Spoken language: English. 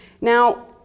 Now